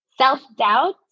self-doubt